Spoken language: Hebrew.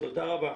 תודה רבה.